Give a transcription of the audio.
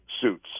suits